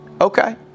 Okay